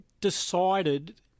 decided